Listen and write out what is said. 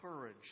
courage